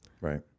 Right